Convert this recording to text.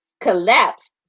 collapsed